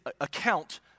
account